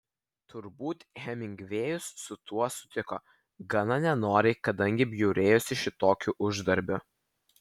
turbūt hemingvėjus su tuo sutiko gana nenoriai kadangi bjaurėjosi šitokiu uždarbiu